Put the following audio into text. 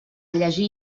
llegir